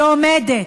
היא עומדת,